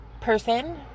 person